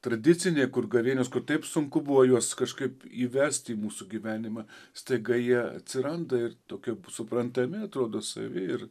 tradiciniai kur gavėnios kur taip sunku buvo juos kažkaip įvest į mūsų gyvenimą staiga jie atsiranda ir tokio suprantami atrodo savi ir